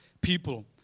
people